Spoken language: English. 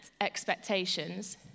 expectations